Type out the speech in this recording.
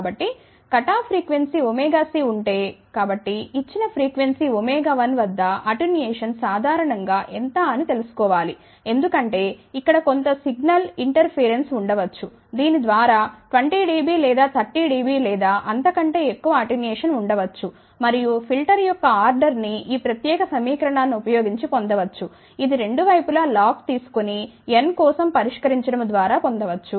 కాబట్టి cut off frequency c ఉంటే కాబట్టి ఇచ్చిన ఫ్రీక్వెన్సీ 1వద్ద అటెన్యుయేషన్ సాధారణం గా ఎంత అని తెలుసుకోవాలి ఎందుకంటే ఇక్కడ కొంత సిగ్నల్ ఇంటర్ఫేరెన్సు ఉండ వచ్చు దీని ద్వారా 20 డిబి లేదా 30 డిబి లేదా అంతకంటే ఎక్కువ అటెన్యుయేషన్ ఉండ వచ్చు మరియు ఫిల్టర్ యొక్క ఆర్డర్ ని ఈ ప్రత్యేక సమీకరణాన్ని ఉపయోగించి పొందవచ్చ ఇది రెండు వైపులా లాగ్ తీసుకొని n కోసం పరిష్కరించడము ద్వారా పొందవచ్చ